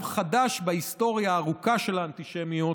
חדש בהיסטוריה הארוכה של האנטישמיות,